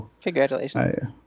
Congratulations